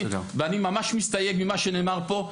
אני ממש מסתייג ממה שנאמר פה.